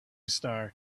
star